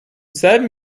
selben